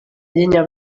llenya